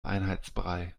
einheitsbrei